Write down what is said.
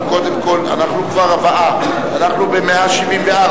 אנחנו ב-174.